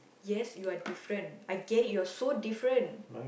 yes you're different I get it you're so different